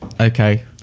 okay